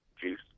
juice